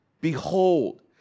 Behold